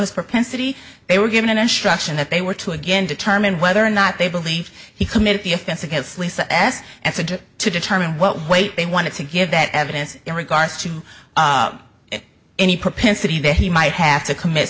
his propensity they were given an instruction that they were to again determine whether or not they believe he committed the offense against lisa s and to determine what weight they want to give that evidence in regards to any propensity that he might have to commit